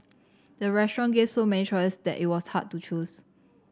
the restaurant gave so many choices that it was hard to choose